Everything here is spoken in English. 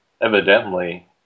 evidently